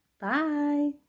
Bye